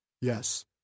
Yes